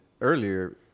earlier